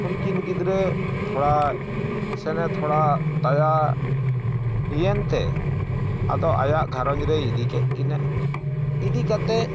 ᱩᱱᱠᱤᱱ ᱜᱤᱫᱽᱨᱟᱹ ᱛᱷᱚᱲᱟ ᱥᱮᱱ ᱮ ᱛᱷᱚᱲᱟ ᱫᱟᱭᱟᱭᱮᱱᱛᱮ ᱟᱫᱚ ᱟᱡᱟᱜ ᱜᱷᱟᱨᱚᱡᱽᱨᱮᱭ ᱤᱫᱤᱠᱮᱫ ᱠᱤᱱᱟᱹ ᱤᱫᱤ ᱠᱟᱛᱮ